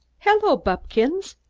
hello, buppkins!